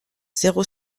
zéro